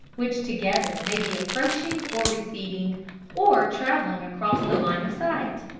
which together may be approaching or receding or traveling across the line of sight.